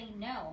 no